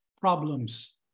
problems